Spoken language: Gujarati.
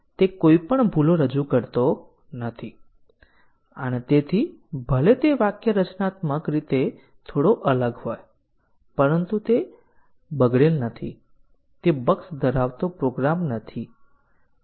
હું ફક્ત પુનરાવર્તન કરું છું કે વ્યાખ્યાનું સ્થાન અને ચોક્કસ વેરિયેબલનો ઉપયોગ કાર્યક્રમ દ્વારા પાથ વ્યાખ્યાયિત કરે છે